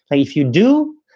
if you do,